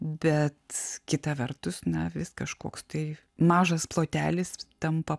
bet kita vertus na vis kažkoks tai mažas plotelis tampa